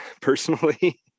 personally